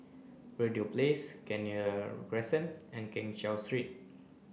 Verde Place Kenya Crescent and Keng Cheow Street